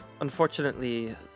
unfortunately